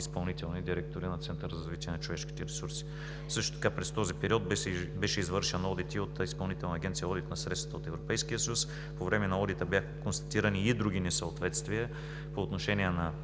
изпълнителни директори на Центъра за развитие на човешките ресурси. Също така през този период беше извършен одит и от Изпълнителната агенция „Одит на средствата от Европейския съюз“. По време на одита бяха констатирани и други несъответствия по отношение на